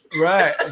Right